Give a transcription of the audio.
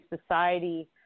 society